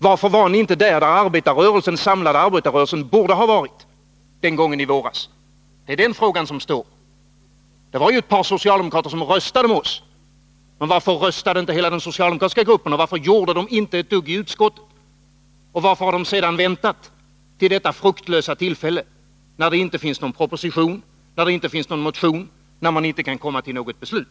Varför var ni inte i våras där den samlade arbetarrörelsen borde ha varit? Det var ett par socialdemokrater. som röstade med oss, men varför gjorde inte hela den socialdemokratiska gruppen det? Varför gjorde socialdemokraterna inte ett dugg i utskottet? Och varför har de sedan väntat till detta fruktlösa tillfälle, när det inte finns någon proposition, när det inte finns någon motion, när man inte kan komma till något beslut?